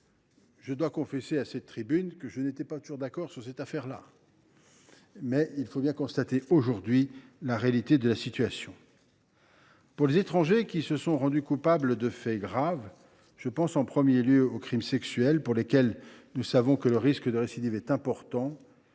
Je dois confesser à cette tribune que je n’étais pas tout à fait d’accord avec sa prolongation, mais il faut bien constater aujourd’hui la réalité de la situation. Pour les étrangers qui se sont rendus coupables de faits graves – je pense en premier lieu aux crimes sexuels, pour lesquels nous savons que le risque de récidive est important